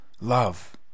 love